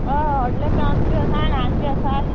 हय व्हडले प्रावन्स बी आसा आनी ल्हान बी आसात